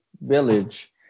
village